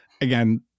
again